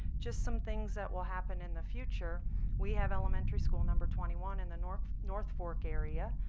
just some things that will happen in the future we have elementary school number twenty one in the north north fork area.